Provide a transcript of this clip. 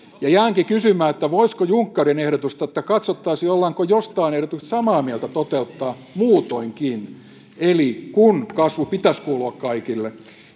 ja jäänkin kysymään voisiko junkkarin ehdotusta että katsottaisiin ollaanko jostain ehdotuksesta samaa mieltä toteuttaa muutoinkin eli kun kasvun pitäisi kuulua kaikille